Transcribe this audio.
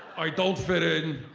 i don't fit in.